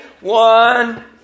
One